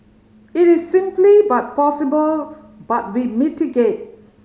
it is simply but possible but we mitigate